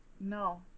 No